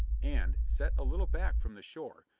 and, set a little back from the shore,